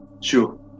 sure